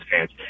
fans